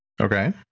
Okay